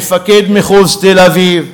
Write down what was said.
מפקד מחוז תל-אביב,